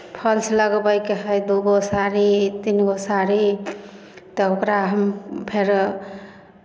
falls लगबयके हइ दूगो साड़ी तीन गो साड़ी तऽ ओकरा हम फेरो